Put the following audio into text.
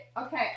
Okay